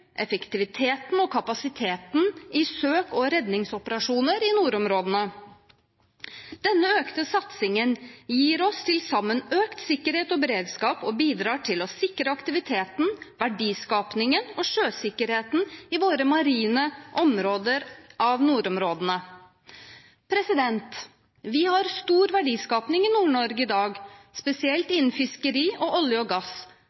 effektiviteten og kapasiteten i søk- og redningsoperasjoner i nordområdene. Denne økte satsingen gir oss til sammen økt sikkerhet og beredskap og bidrar til å sikre aktiviteten, verdiskapingen og sjøsikkerheten i våre marine områder av nordområdene. Vi har stor verdiskaping i Nord-Norge i dag, spesielt innen fiskeri, olje og gass.